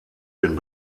den